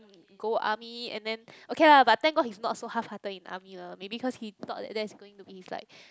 go army and then okay lah but thank god he's not so halfhearted in army lah maybe cause he thought that that's gonna be his like